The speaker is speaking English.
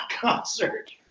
concert